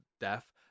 death